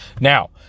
Now